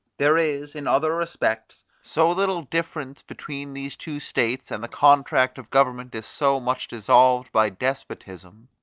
there is, in other respects, so little difference between these two states, and the contract of government is so much dissolved by despotism,